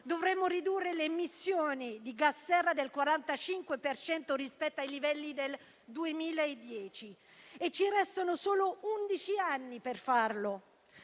dovremo ridurre le emissioni di gas serra del 45 per cento rispetto ai livelli del 2010 e ci restano solo undici anni per farlo.